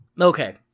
Okay